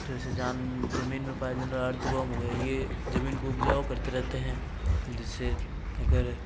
जैसे जमीन में पाए जाने वाले अर्थवर्म हो गऐ ये जमीन को उपजाऊ करते रहते हैं जिससे अगर